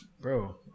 Bro